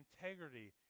integrity